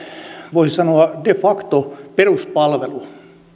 voisi sanoa de facto peruspalvelu